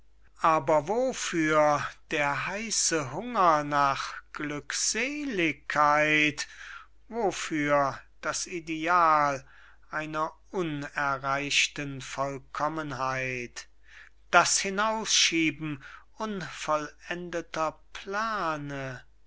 aber wofür der heiße hunger nach glückseligkeit wofür das ideal einer unerreichten vollkommenheit das hinausschieben unvollendeter plane